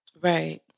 Right